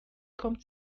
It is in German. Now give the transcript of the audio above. kommt